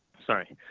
sorry,